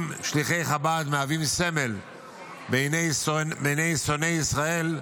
אם שליחי חב"ד מהווים סמל בעיני שונאי ישראל,